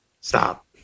stop